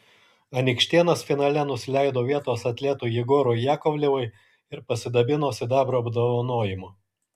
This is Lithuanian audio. anykštėnas finale nusileido vietos atletui jegorui jakovlevui ir pasidabino sidabro apdovanojimu